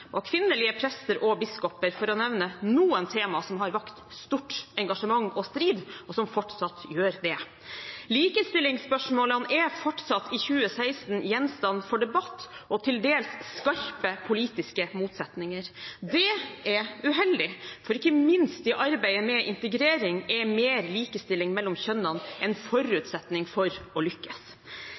og om kvinnelige prester og biskoper, for å nevne noen tema som har vakt stort engasjement og strid, og som fortsatt gjør det. Likestillingsspørsmålene er fortsatt i 2016 gjenstand for debatt og til dels skarpe politiske motsetninger. Det er uheldig, for ikke minst i arbeidet med integrering er mer likestilling mellom kjønnene en forutsetning for å lykkes.